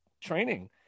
training